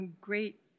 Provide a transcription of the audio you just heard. great